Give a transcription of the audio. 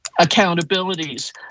accountabilities